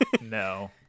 No